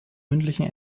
mündlichen